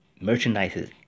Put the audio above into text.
merchandises